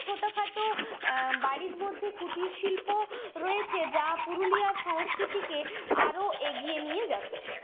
ছোটো খাটো বাড়ির মধ্যে কুটির শিল্প রয়েছে যা পুরুলিয়ার সংস্কৃতিকে আরও এগিয়ে নিয়ে যাচ্ছে